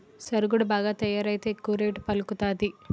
సరుగుడు బాగా తయారైతే ఎక్కువ రేటు పలుకుతాది